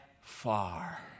far